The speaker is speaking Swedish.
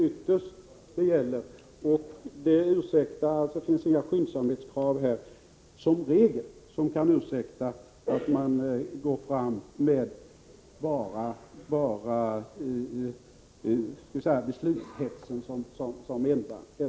Det finns som regel inget skyndsamhetskrav som kan ursäkta beslutshetsen.